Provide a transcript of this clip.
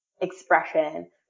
expression